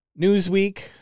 Newsweek